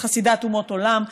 אות חסידת אומות עולם.